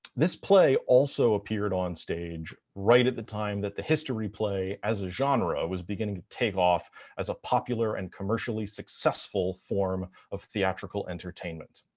this play also appeared on stage right at the time that the history play as a genre was beginning to take off as a popular and commercially successful form of theatrical entertainment.